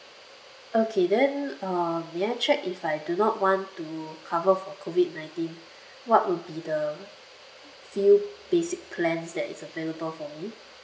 okay then uh may I check if I do not want to cover for COVID nineteen what would be the few basic plans that is available for me